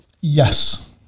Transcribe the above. Yes